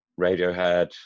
Radiohead